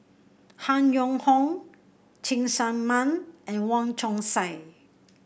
Han Yong Hong Cheng Tsang Man and Wong Chong Sai